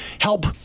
help